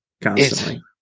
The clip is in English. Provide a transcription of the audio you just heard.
constantly